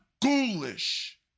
ghoulish